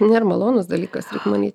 nėr malonus dalykas reik many